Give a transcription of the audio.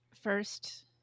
first